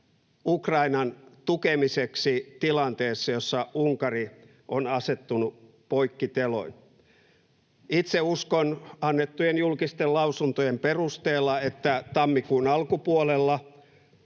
Ukrainan tukemiseksi tilanteessa, jossa Unkari on asettunut poikkiteloin? Itse uskon annettujen julkisten lausuntojen perusteella, että tammikuun alkupuolella